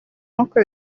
nkuko